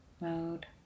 mode